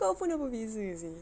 kau pun apa beza seh